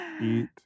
Eat